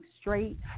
Straight